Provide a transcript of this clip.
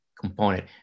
component